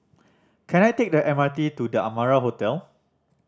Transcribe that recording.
can I take the M R T to The Amara Hotel